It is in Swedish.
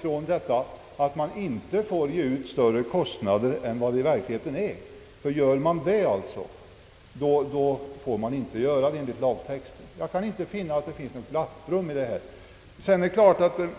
från bestämmelsen att inte få dra av mer än för de verkliga kostnaderna. Om kostnaderna är mindre än de statliga traktamentena men dessa ändå utbetalas får man i sådant fall använda vanliga schablonregeln. Jag kan alltså inte finna något glapprum mellan lagtexten och utskottets skrivning.